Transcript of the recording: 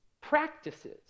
practices